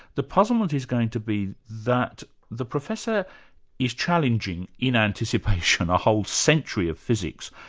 the puzzlement is going to be that the professor is challenging in anticipation, a whole century of physics,